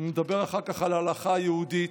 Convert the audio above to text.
נדבר אחר כך על הלכה יהודית,